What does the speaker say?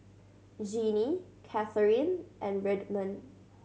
Jeanie Catherine and Redmond